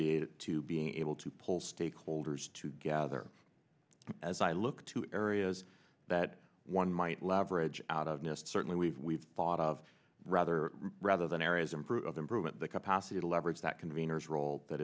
it to be able to pull stakeholders to gather as i look to areas that one might leverage out of nest certainly we've we've thought of rather rather than areas improve of improvement the capacity to leverage that conveners role that